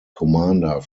commander